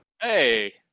Hey